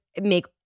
make